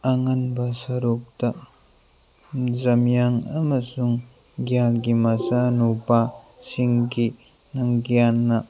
ꯑꯉꯟꯕ ꯁꯔꯨꯛꯇ ꯖꯝꯌꯥꯡ ꯑꯃꯁꯨꯡ ꯒ꯭ꯌꯥꯟꯒꯤ ꯃꯆꯥꯅꯨꯄꯥꯁꯤꯡꯒꯤ ꯅꯨꯡꯒ꯭ꯌꯥꯟꯅ